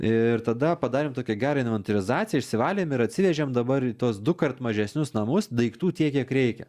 ir tada padarėm tokią gerą inventorizaciją išsivalėm ir atsivežėm dabar į tuos dukart mažesnius namus daiktų tiek kiek reikia